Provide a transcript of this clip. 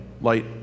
light